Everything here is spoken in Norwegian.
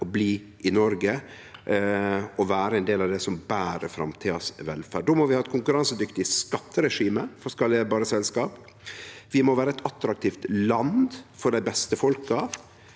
bli i Noreg og vere ein del av det som ber velferda i framtida. Då må vi ha eit konkurransedyktig skatteregime for skalerbare selskap. Vi må vere eit attraktivt land for dei beste folka,